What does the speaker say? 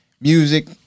music